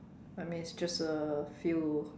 I mean it's just a few